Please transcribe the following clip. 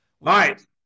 right